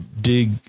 dig